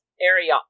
area